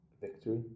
victory